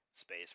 space